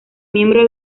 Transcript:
miembro